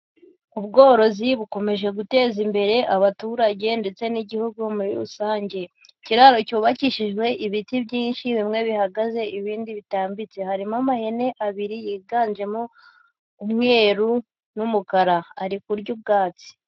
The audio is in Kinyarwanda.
Ubworozi bukomeje guteza imbere abaturage ndetse n'Igihugu muri rusange. Ikiraro cyubakishijwe ibiti byinshi, bimwe bihagaze ibindi bitambitse, harimo amahene abiri yiganjemo umweru n'umukara ari kurya ubwatsi.